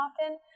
often